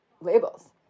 labels